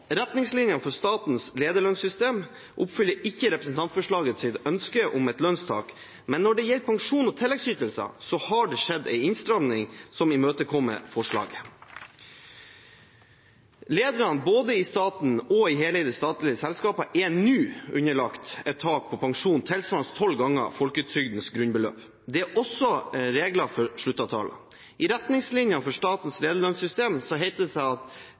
Retningslinjene for statens lederlønnssystem oppfyller ikke representantforslagets ønske om et lønnstak. Men når det gjelder pensjon og tilleggsytelser, har det skjedd en innstramming som imøtekommer forslaget. Lederne både i staten og i heleide statlige selskaper er nå underlagt et tak på pensjon tilsvarende tolv ganger folketrygdens grunnbeløp. Det er også regler for sluttavtaler. I retningslinjene for statens lederlønnssystem heter det seg at